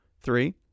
Three